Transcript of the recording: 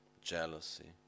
jealousy